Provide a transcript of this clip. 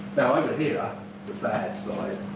now over here the bad side.